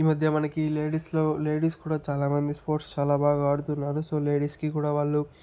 ఈ మధ్య మనకి లేడీస్లో లేడీస్ కూడా చాలా మంది స్పోర్ట్స్ చాలా బాగా ఆడుతున్నారు సో లేడీస్కి కూడా వాళ్ళు